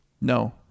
No